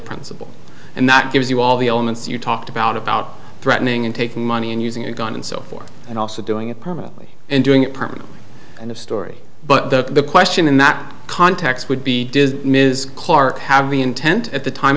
principle and that gives you all the elements you talked about about threatening and taking money and using a gun and so forth and also doing it permanently and doing it partly end of story but the question in that context would be does ms clarke have the intent at the time